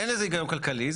אין לזה היגיון כלכלי.